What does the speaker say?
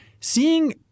seeing